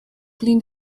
clean